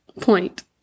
Point